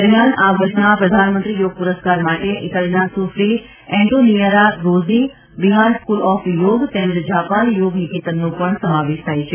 દરમિયાન આ વર્ષના પ્રધાનમંત્રી યોગ પ્રરસ્કાર માટે ઇટાલીના સુશ્રી Antonietta Rozzi Bihar School of Yoga તેમજ જાપાન યોગ નિકેતનનો પણ સમાવેશ થાય છે